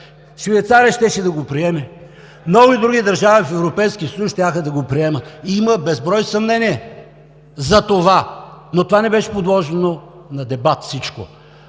Швейцария щеше да го приеме, много други държави в Европейския съюз щяха да го приемат. Има безброй съмнения за това, но всичко това не беше подложено на дебат.